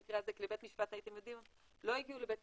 במקרה הזה לא הגיעו לבית משפט,